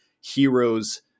heroes